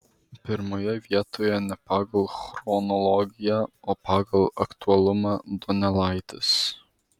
pirmoje vietoje ne pagal chronologiją o pagal aktualumą donelaitis